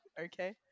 Okay